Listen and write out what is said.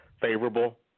favorable